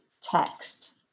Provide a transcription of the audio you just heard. text